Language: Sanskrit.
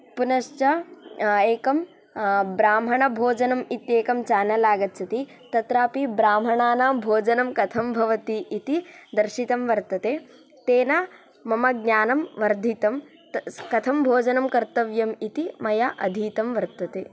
पुनश्च एकं ब्राह्मणभोजनम् इत्येकं चानल् आगच्छति तत्रापि ब्राह्मणानां भोजनं कथं भवति इति दर्शितं वर्तते तेन मम ज्ञानं वर्धितं कथं भोजनं कर्तव्यम् इति मया अधीतं वर्तते